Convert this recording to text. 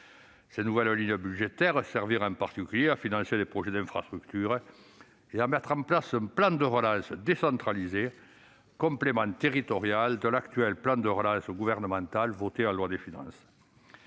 Ces nouvelles lignes budgétaires serviraient, en particulier, à financer des projets d'infrastructures et à mettre en place un plan de relance décentralisé, complément territorial de l'actuel plan de relance gouvernemental voté en loi de finances.